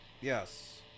yes